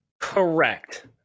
Correct